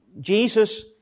Jesus